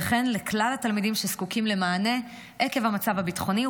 וכן לכלל התלמידים שזקוקים למענה עקב המצב הביטחוני,